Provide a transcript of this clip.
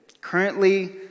Currently